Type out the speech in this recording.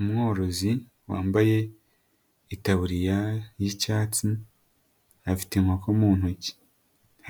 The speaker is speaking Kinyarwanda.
Umworozi wambaye itaburiya y'icyatsi, afite inkoko mu ntoki,